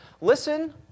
Listen